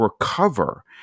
recover